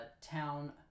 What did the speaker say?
town